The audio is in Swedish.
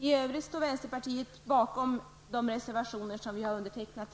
I övrigt står vi i vänsterpartiet bakom de reservationer som vi har undertecknat.